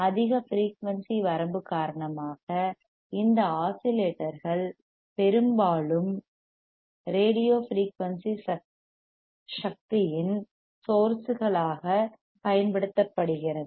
அதிக ஃபிரீயூன்சி வரம்பு காரணமாக இந்த ஆஸிலேட்டர்கள் பெரும்பாலும் ரேடியோ ஃபிரீயூன்சி சக்தியின் சோர்ஸ்களாகப் பயன்படுத்தப்படுகின்றன